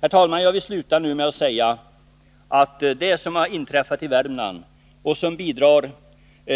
Herr talman! Jag vill sluta med att säga, att det som inträffat i Värmland och som bidrar